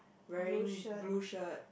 wearing blue shirt